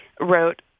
wrote